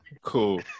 Cool